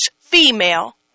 female